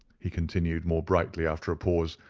he continued, more brightly, after a pause.